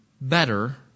better